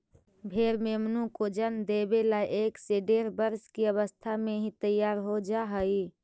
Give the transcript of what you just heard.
भेंड़ मेमनों को जन्म देवे ला एक से डेढ़ वर्ष की अवस्था में ही तैयार हो जा हई